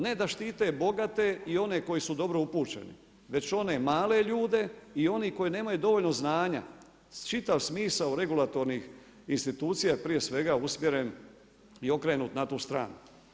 Ne da štite bogate i one koji su dobro upućeni, već one male ljude i oni koji nemaju dovoljno znanja čitav smisao regulatornih institucija je prije svega usmjeren i okrenut na tu stranu.